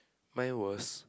mine was